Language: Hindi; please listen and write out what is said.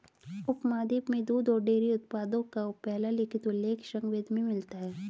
उपमहाद्वीप में दूध और डेयरी उत्पादों का पहला लिखित उल्लेख ऋग्वेद में मिलता है